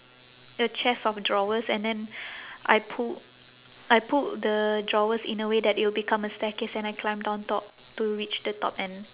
a chest of drawers and then I pulled I pulled the drawers in a way that it will become a staircase and I climbed on top to reach the top and